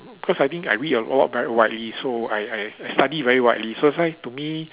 cause I think I read a lot very widely so I I study very widely so that's why to me